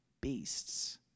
beasts